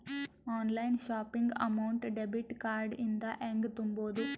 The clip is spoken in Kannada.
Online shopping amount debit card ಇಂದ ಹೆಂಗ್ ತುಂಬೊದು?